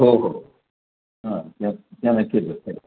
हो हो हा त्या त्यानं केली आहेत